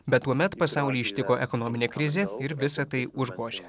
bet tuomet pasaulį ištiko ekonominė krizė ir visa tai užgožia